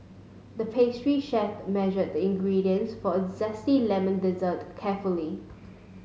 the pastry chef measured the ingredients for a zesty lemon dessert carefully